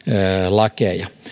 lakeja